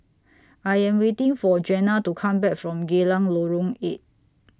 I Am waiting For Jenna to Come Back from Geylang Lorong eight